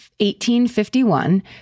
1851